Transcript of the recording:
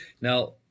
Now